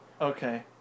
Okay